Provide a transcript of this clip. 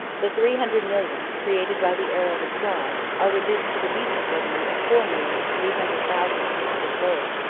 the three hundred millions, created by the error of a scribe, are reduced to the decent revenue of four millions three hundred thousand pieces of gold,